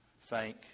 thank